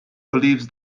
believes